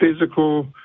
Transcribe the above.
physical